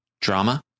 drama